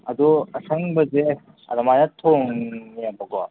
ꯑꯗꯨ ꯑꯁꯪꯕꯁꯦ ꯑꯗꯨꯃꯥꯏꯅ ꯊꯣꯡꯉꯦꯕꯀꯣ